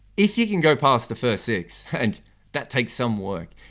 if you can go past the first six, and that takes some work,